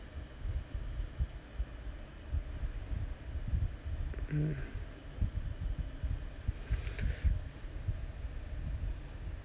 mm